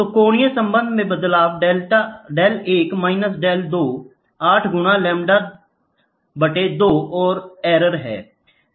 तो कोणीय संबंध में बदलाव डेल 1 माइनस डेल 2 8 गुना लैम्ब्डा बटे 2 और एरर है